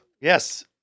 Yes